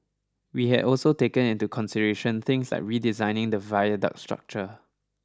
we had also taken into consideration things like redesigning the viaduct structure